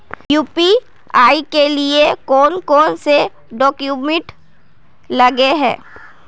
UPI के लिए कौन कौन से डॉक्यूमेंट लगे है?